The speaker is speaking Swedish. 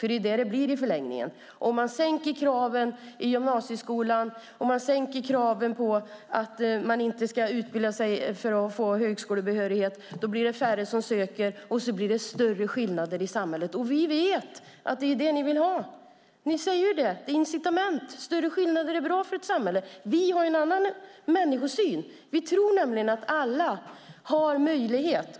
Det är vad det blir i förlängningen. Om man sänker kraven i gymnasieskolan så att fler inte får högskolebehörighet blir det färre som söker, och så blir det större skillnader i samhället. Vi vet att det är det ni vill ha. Ni säger ju att incitament och större skillnader är bra för ett samhälle. Men vi har en annan människosyn. Vi tror nämligen att alla har möjligheter.